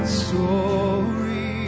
story